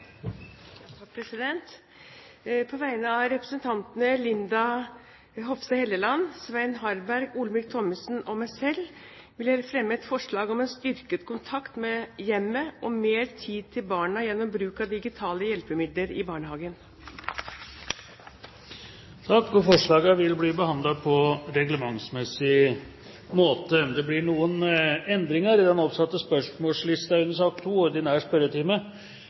På vegne av representantene Linda C. Hofstad Helleland, Svein Harberg, Olemic Thommessen og meg selv vil jeg fremme et forslag om styrket kontakt med hjemmet og mer tid til barna gjennom bruk av digitale hjelpemidler i barnehagen. Forslagene vil bli behandlet på reglementsmessig måte. Det blir noen endringer i den oppsatte